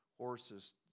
horses